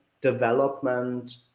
development